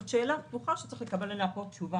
זאת שאלה פתוחה, וצריך לקבל עליה תשובה היום.